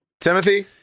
Timothy